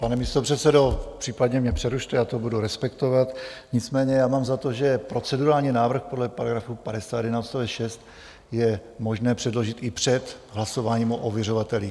Pane místopředsedo, případně mě přerušte, já to budu respektovat, nicméně mám za to, že procedurální návrh podle § 51 odst. 6 je možné předložit i před hlasováním o ověřovatelích.